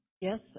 Yes